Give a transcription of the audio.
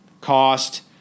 cost